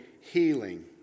healing